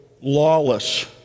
lawless